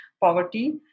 poverty